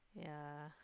ya